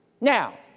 Now